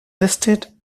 listed